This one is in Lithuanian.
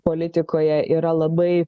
politikoje yra labai